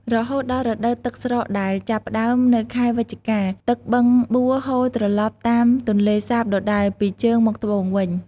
រហូតដល់រដូវទឹកស្រកដែល ចាប់ផ្តើមនៅខែវិច្ឆិកា ទឹកបឹងបួរហូរត្រឡប់តាមទន្លេសាបដដែលពីជើងមកត្បូងវិញ។